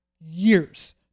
years